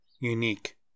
Unique